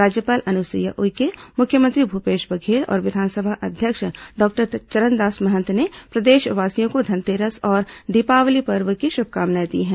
राज्यपाल अनसुईया उइके मुख्यमंत्री भूपेश बघेल और विधानसभा अध्यक्ष डॉक्टर चरणदास महंत ने प्रदेशवासियों को धनतेरस और दीपावली पर्व की शुभकामनाएं दी हैं